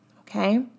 okay